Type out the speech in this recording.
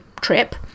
trip